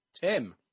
Tim